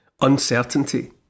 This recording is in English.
uncertainty